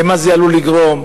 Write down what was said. למה זה עלול לגרום.